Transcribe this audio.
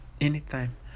Anytime